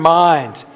mind